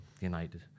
United